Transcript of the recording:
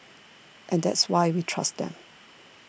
and that's why we trust them